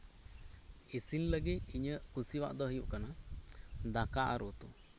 ᱤᱥᱤᱱ ᱞᱟᱹᱜᱤᱫ ᱤᱧᱟᱹᱜ ᱠᱩᱥᱤᱭᱟᱜ ᱫᱚ ᱦᱩᱭᱩᱜ ᱠᱟᱱᱟ ᱫᱟᱠᱟ ᱟᱨ ᱩᱛᱩ